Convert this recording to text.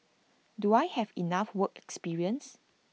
do I have enough work experience